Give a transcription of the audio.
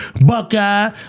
Buckeye